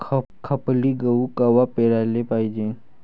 खपली गहू कवा पेराले पायजे?